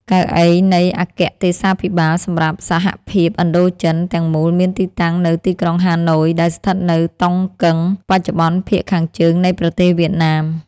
កៅអីនៃអគ្គទេសាភិបាលសម្រាប់សហភាពឥណ្ឌូចិនទាំងមូលមានទីតាំងនៅទីក្រុងហាណូយ ដែលស្ថិតនៅតុងកឹង បច្ចុប្បន្នភាគខាងជើងនៃប្រទេសវៀតណាម។